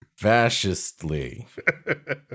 Fascistly